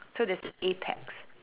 so there's the apex